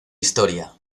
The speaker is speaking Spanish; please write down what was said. historia